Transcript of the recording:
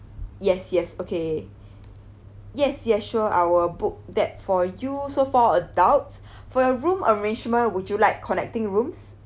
yes yes okay yes yes sure I'll book that for you so four adults for your room arrangement would you like connecting rooms